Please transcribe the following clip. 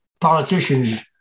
politicians